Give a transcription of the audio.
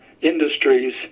Industries